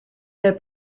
their